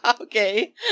Okay